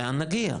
לאן נגיע?